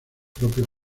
propios